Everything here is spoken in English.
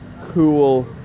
cool